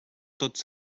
tots